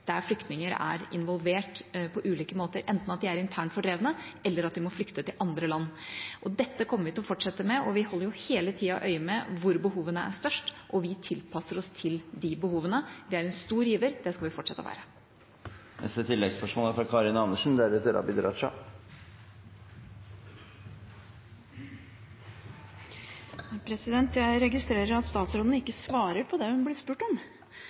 der flyktninger er involvert på ulike måter, enten ved at de er internt fordrevne, eller ved at de må flykte til andre land. Dette kommer vi til å fortsette med. Vi holder hele tida øye med hvor behovene er størst, og vi tilpasser oss de behovene. Vi er en stor giver, og det skal vi fortsette å være. Karin Andersen – til oppfølgingsspørsmål. Jeg registrerer at statsråden ikke svarer på det hun blir spurt om